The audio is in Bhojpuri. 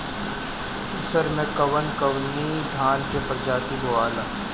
उसर मै कवन कवनि धान के प्रजाति बोआला?